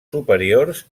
superiors